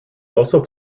also